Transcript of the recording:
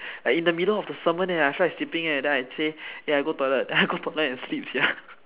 like in the middle of the sermon eh I feel like sleeping eh then I say eh I go toilet then I go toilet adn sleep sia